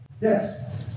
Yes